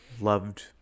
loved